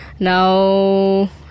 Now